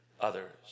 others